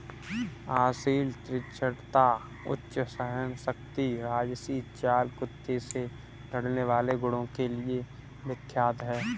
असील तीक्ष्णता, उच्च सहनशक्ति राजसी चाल कुत्ते से लड़ने वाले गुणों के लिए विख्यात है